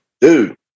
Dude